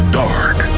dark